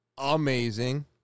Amazing